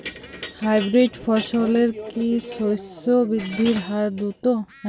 Hybrid ফসলের কি শস্য বৃদ্ধির হার দ্রুত?